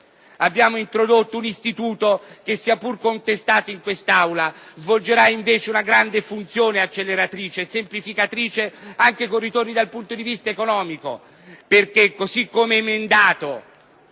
abbiamo introdotto un istituto che, sia pur contestato in quest'Aula, svolgerà una funzione acceleratrice e semplificatrice, con ritorni anche dal punto di vista economico. Infatti, così come emendato